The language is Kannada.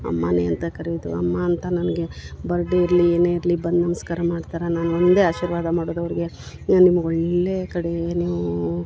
ಅಮ್ಮಾನೇ ಅಂತ ಕರೆದು ಅಮ್ಮ ಅಂತ ನನಗೆ ಬರ್ಡೆ ಇರಲಿ ಏನೇ ಇರಲಿ ಬಂದು ನಮಸ್ಕಾರ ಮಾಡ್ತರ ನಾನು ಒಂದೆ ಆಶೀರ್ವಾದ ಮಾಡೋದು ಅವ್ರ್ಗೆ ಏ ನಿಮ್ಗ ಒಳ್ಳೆಯ ಕಡೆ ನೀವು